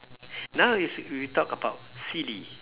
now is we talk about silly